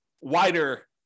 wider